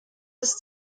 ist